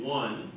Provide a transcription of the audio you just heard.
one